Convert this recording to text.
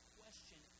question